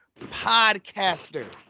podcaster